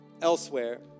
elsewhere